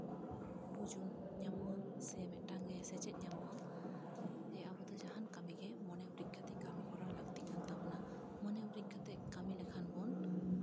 ᱵᱩᱡᱩᱱ ᱧᱟᱢᱚᱜᱼᱟ ᱥᱮ ᱢᱤᱫᱴᱟᱱ ᱜᱮ ᱥᱮᱪᱮᱫ ᱧᱟᱢᱚᱜᱼᱟ ᱟᱵᱚ ᱫᱚ ᱡᱟᱦᱟᱱ ᱠᱟᱹᱢᱤᱜᱮ ᱢᱚᱱᱮ ᱩᱨᱤᱡ ᱠᱟᱛᱮᱜ ᱠᱟᱹᱢᱤ ᱠᱚᱨᱟᱣ ᱞᱟᱹᱠᱛᱤ ᱠᱟᱱ ᱛᱟᱵᱚᱱᱟ ᱢᱚᱱᱮ ᱩᱨᱤᱡ ᱠᱟᱛᱮᱜ ᱠᱟᱹᱢᱤ ᱞᱮᱠᱷᱟᱱ ᱵᱚᱱ